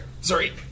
sorry